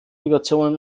vibrationen